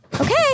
Okay